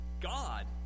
God